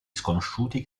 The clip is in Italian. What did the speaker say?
sconosciuti